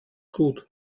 gut